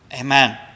Amen